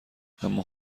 اما